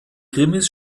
krimis